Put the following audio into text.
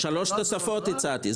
שלוש תוספות הצעתי.